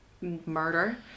murder